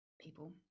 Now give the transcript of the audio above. people